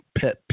pet